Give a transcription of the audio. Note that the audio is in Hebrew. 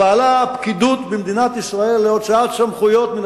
פעלה הפקידות במדינת ישראל להוצאת סמכויות מן